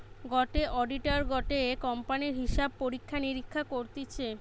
গটে অডিটার গটে কোম্পানির হিসাব পরীক্ষা নিরীক্ষা করতিছে